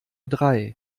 drei